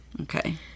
okay